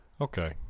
Okay